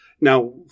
Now